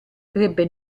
crebbe